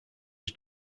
was